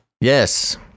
yes